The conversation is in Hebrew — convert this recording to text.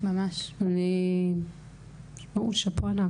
שפו ענק,